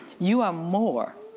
you are more.